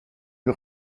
lui